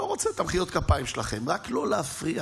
אני לא רוצה את מחיאות הכפיים שלכם, רק לא להפריע.